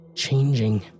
changing